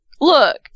Look